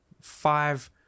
five